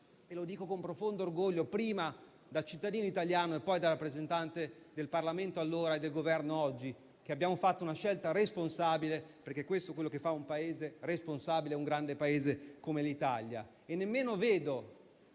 Dico con profondo orgoglio prima da cittadino italiano e, poi, da rappresentante del Parlamento, allora, e del Governo, oggi, che abbiamo fatto una scelta responsabile: questo è quello che fa un Paese responsabile, un grande Paese come l'Italia. Non vedo